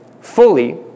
fully